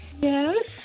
Yes